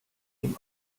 dem